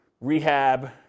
rehab